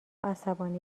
عصبانی